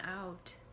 out